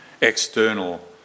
external